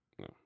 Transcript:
No